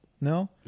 no